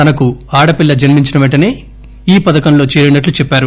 తనకు ఆడపిల్ల జన్మి ంచిన పెంటనే ఈ పథకంలో చేరినట్లు చెప్పారు